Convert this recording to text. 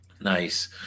Nice